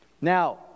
now